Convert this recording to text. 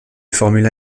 formula